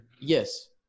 Yes